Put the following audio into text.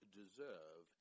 deserve